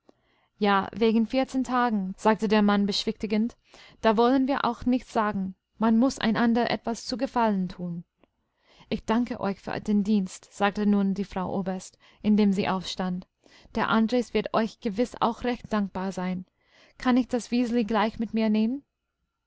ja wegen vierzehn tagen sagte der mann beschwichtigend da wollen wir auch nichts sagen man muß einander etwas zu gefallen tun ich danke euch für den dienst sagte nun die frau oberst indem sie aufstand der andres wird euch gewiß auch recht dankbar sein kann ich das wiseli gleich mit mir nehmen